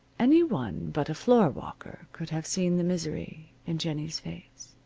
any one but a floorwalker could have seen the misery in jennie's face.